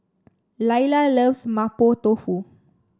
Layla loves Mapo Tofu